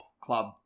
club